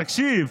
אין קורונה